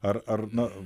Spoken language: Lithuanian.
ar ar na